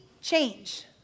change